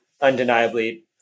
undeniably